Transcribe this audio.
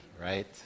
right